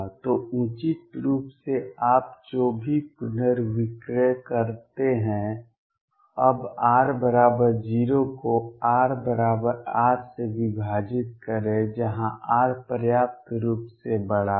तो उचित रूप से आप जो भी पुनर्विक्रय करते हैं अब r 0 को कुछ r बराबर R से विभाजित करें जहां R पर्याप्त रूप से बड़ा है